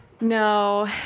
No